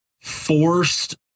forced